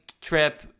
trip